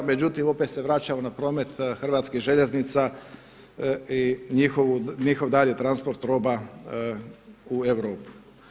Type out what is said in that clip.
Međutim, opet se vraćamo na promet Hrvatskih željeznica i njihov dalji transport roba u Europu.